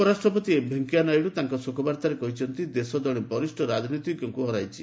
ଉପରାଷ୍ଟ୍ରପତି ଭେଙ୍କୟା ନାଇଡୁ ତାଙ୍କ ଶୋକାବର୍ତ୍ତାରେ କହିଛନ୍ତି ଦେଶ ଜଣେ ବରିଷ୍ଠ ରାଜନୀତିଜ୍ଞଙ୍କୁ ହରାଇଛି